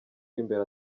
imbere